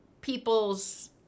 people's